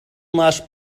last